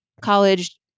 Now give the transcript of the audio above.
college